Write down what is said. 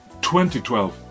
2012